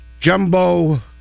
jumbo